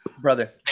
Brother